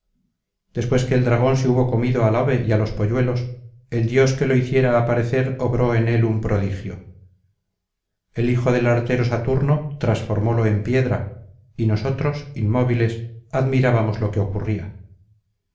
después que el dragón se hubo comido al ave y á los pouuelos el dios que lo hiciera aparecer obró en él'un prodigio el hijo del artero saturno transformólo en piedra y nosotros inmóviles admirábamos lo que ocurría